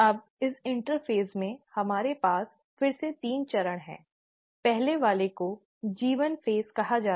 अब इस इंटरफेज़ में हमारे पास फिर से तीन चरण हैं पहले वाले को G1 फेज़ कहा जाता है